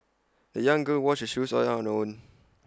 the young girl washed her shoes on her own